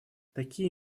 такие